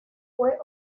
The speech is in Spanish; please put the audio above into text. fue